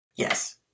Yes